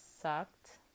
sucked